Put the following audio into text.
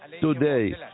Today